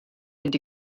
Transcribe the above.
fynd